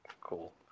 cool